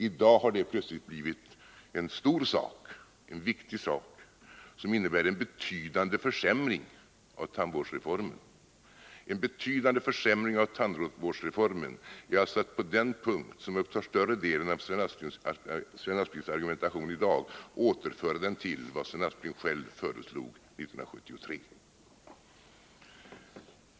I dag har det plötsligt blivit en stor sak, en viktig sak, som skulle innebära en betydande försämring av tandvårdsreformen. Denna ”betydande försämring” av tandvårdsreformen. som i dag upptar större delen av Sven Asplings argumentation. återför reformen till vad Sven Aspling själv föreslog 1973.